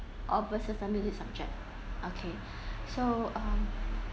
or pursuing similar subject okay so um